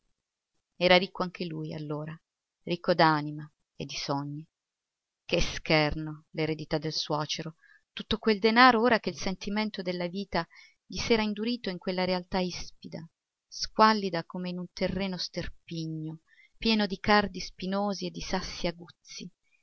era ricco anche lui allora ricco d'anima e di sogni che scherno l'eredità del suocero tutto quel denaro ora che il sentimento della vita gli s'era indurito in quella realtà ispida squallida come in un terreno sterpigno pieno di cardi spinosi e di sassi aguzzi